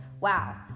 wow